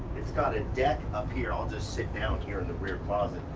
it's got a deck up here. i'll just sit down here in the rear closet.